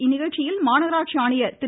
இந்நிகழ்ச்சியில் மாநகராட்சி ஆணையர் திரு